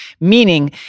meaning